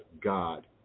God